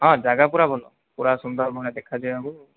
ହଁ ଜାଗା ପୁରା ଭଲ ପୁରା ସୁନ୍ଦରମୟ ଦେଖାଯିବାକୁ